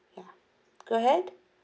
yeah go ahead